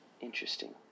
Interesting